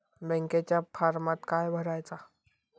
बँकेच्या फारमात काय भरायचा?